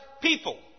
people